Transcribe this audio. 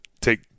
take